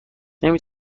نمی